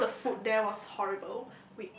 although the food there was horrible